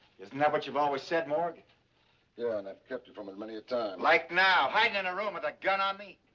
isn't that what you've always said? yeah and i've kept you from it many a time. like now? hiding in a room with a gun on me?